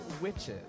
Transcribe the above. witches